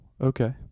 okay